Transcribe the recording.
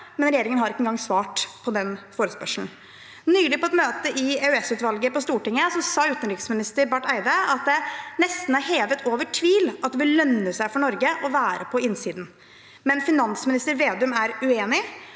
men regjeringen har ikke engang svart på den forespørselen. Nylig, på et møte i Europautvalget på Stortinget, sa utenriksminister Barth Eide at det nesten er hevet over tvil at det vil lønne seg for Norge å være på innsiden. Men finansminister Vedum er uenig.